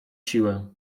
siłę